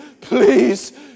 please